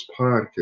podcast